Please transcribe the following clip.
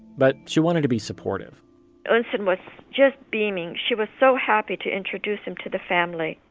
but she wanted to be supportive eunsoon was just beaming. she was so happy to introduce him to the family.